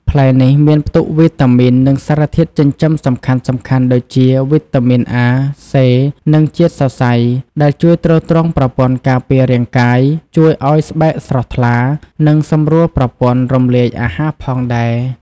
ផ្លែនេះមានផ្ទុកវីតាមីន និងសារធាតុចិញ្ចឹមសំខាន់ៗដូចជា វីតាមីន អា សេ និង ជាតិសរសៃ ដែលជួយទ្រទ្រង់ប្រព័ន្ធការពាររាងកាយ ជួយឱ្យស្បែកស្រស់ថ្លា និងសម្រួលប្រព័ន្ធរំលាយអាហារផងដែរ។